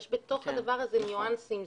כאשר בתוך הדבר הזה יש ניואנסים.